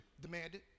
demanded